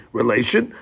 relation